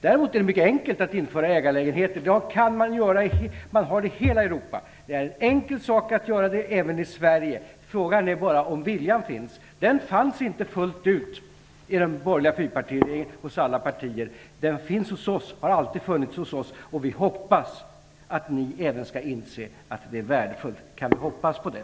Däremot är det mycket enkelt att införa ägarlägenheter i dag. Man har sådana i hela Europa. Det är en enkel sak att göra det även i Sverige. Frågan är bara om viljan finns. Den fanns inte fullt ut hos partierna i den borgerliga fyrklöverregeringen. Den finns och har alltid funnits hos oss. Vi hoppas att även ni skall inse att det är värdefullt. Kan vi hoppas på det?